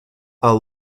i’ll